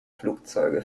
flugzeuge